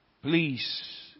Please